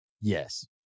Yes